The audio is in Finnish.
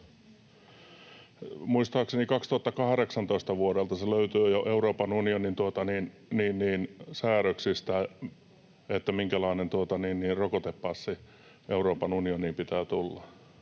Muistaakseni jo vuodelta 2018 löytyy Euroopan unionin säädöksistä, minkälainen rokotepassi Euroopan unioniin pitää tulla,